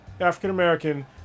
African-American